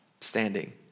standing